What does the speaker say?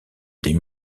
des